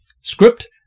Script